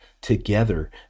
together